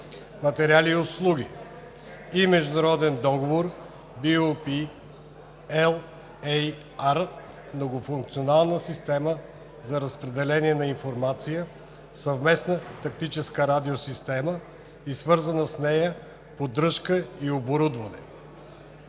материали и услуги“, международен договор BU P-LAR „Многофункционална система за разпределение на информация – Съвместна тактическа радиосистема и свързана с нея поддръжка и оборудване“